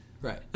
Right